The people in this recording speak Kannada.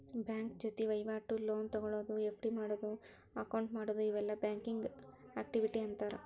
ಬ್ಯಾಂಕ ಜೊತಿ ವಹಿವಾಟು, ಲೋನ್ ತೊಗೊಳೋದು, ಎಫ್.ಡಿ ಮಾಡಿಡೊದು, ಅಕೌಂಟ್ ಮಾಡೊದು ಇವೆಲ್ಲಾ ಬ್ಯಾಂಕಿಂಗ್ ಆಕ್ಟಿವಿಟಿ ಅಂತಾರ